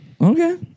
Okay